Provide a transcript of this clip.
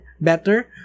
better